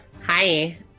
Hi